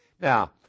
Now